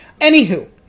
Anywho